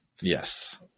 Yes